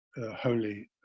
holy